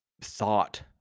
thought